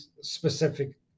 specific